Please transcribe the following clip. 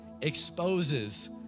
exposes